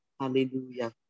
Hallelujah